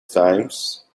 times